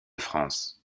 france